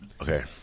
Okay